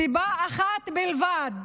סיבה אחת בלבד: